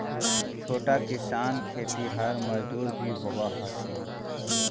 छोटा किसान खेतिहर मजदूर भी होवऽ हथिन